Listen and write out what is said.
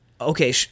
okay